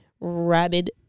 rabid